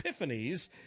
Epiphanies